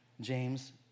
James